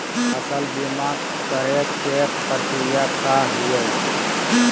फसल बीमा करे के प्रक्रिया का हई?